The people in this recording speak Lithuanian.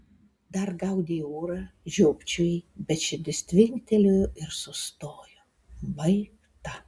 dar gaudei orą žiopčiojai bet širdis tvinktelėjo ir sustojo baigta